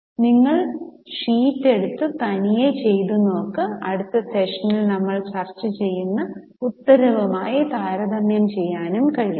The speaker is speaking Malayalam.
അതിനാൽ നിങ്ങൾക്ക് ഷീറ്റ് എടുത്ത് തനിയെ ചെയ്തു നോക്ക് അടുത്ത സെഷനിൽ നമ്മൾ ചർച്ച ചെയ്യുന്ന ഉത്തരവുമായി താരതമ്യം ചെയ്യാനും കഴിയും